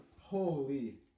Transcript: Holy